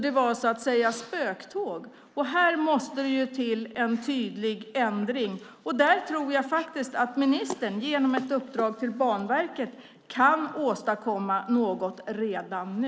Det var så att säga spöktåg. Här måste till en tydlig ändring. Där tror jag att ministern genom ett uppdrag till Banverket kan åstadkomma något redan nu.